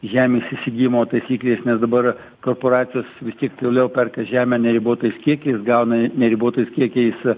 žemės įsigijimo taisyklės nes dabar korporacijos vis tiek toliau perka žemę neribotais kiekiais gauna neribotais kiekiais